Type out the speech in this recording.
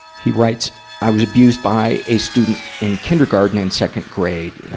he writes, i was abused by a student in kindergarten and second grade.